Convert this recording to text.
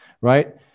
right